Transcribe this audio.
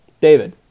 David